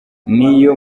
n’iyo